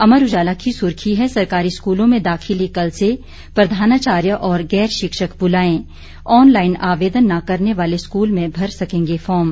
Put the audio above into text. अमर उजाला की सुर्खी है सरकारी स्कूलों में दाखिले कल से प्रधानाचार्य और गैर शिक्षक बुलाये ऑनलाईन आवेदन न करने वाले स्कूल में भर सकेंगे फार्म